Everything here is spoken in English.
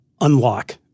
unlock